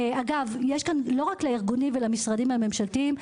אגב יש כאן לא רק לארגונים ולמשרדים הממשלתיים,